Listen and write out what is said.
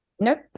Nope